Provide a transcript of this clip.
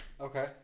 Okay